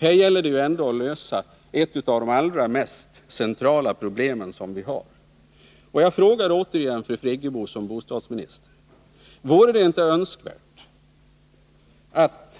Här gäller det att lösa ett av de allra mest centrala problem vi har. Jag frågar återigen bostadsminister Friggebo: Vore det inte önskvärt att